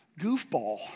goofball